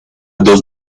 dos